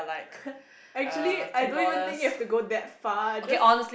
actually I don't even think you have to go that far just